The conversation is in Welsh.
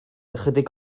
ychydig